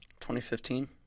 2015